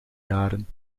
jaren